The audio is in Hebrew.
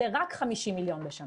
זה רק 50 מיליון שקלים בשנה.